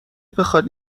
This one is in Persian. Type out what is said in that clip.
بخواد